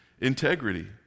integrity